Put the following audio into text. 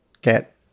get